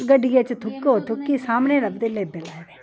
गड्डिये च थुक्को थुकी सामने लभदे लेटन आए दे